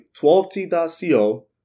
12t.co